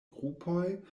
grupoj